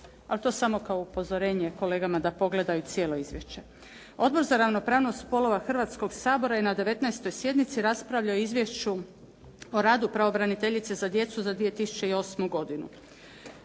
A to samo kao upozorenje kolegama da pogledaju cijelo izvješće. Odbor za ravnopravnost spolova Hrvatskog sabora je na 19. sjednici raspravljao o izvješću o radu pravobraniteljice za djecu za 2008. godinu.